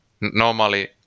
normally